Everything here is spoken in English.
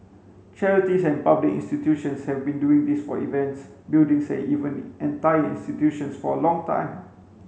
charities and public institutions have been doing this for events buildings and even entire institutions for a long time